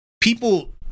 people